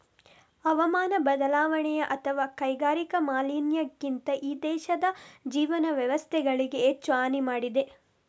ಹವಾಮಾನ ಬದಲಾವಣೆ ಅಥವಾ ಕೈಗಾರಿಕಾ ಮಾಲಿನ್ಯಕ್ಕಿಂತ ಈ ದೇಶದ ಜೀವನ ವ್ಯವಸ್ಥೆಗಳಿಗೆ ಹೆಚ್ಚು ಹಾನಿ ಮಾಡಿದೆ